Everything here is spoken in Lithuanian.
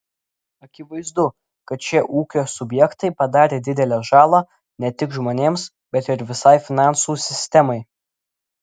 akivaizdu kad šie ūkio subjektai padarė didelę žalą ne tik žmonėms bet ir visai finansų sistemai